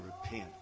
repent